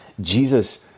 Jesus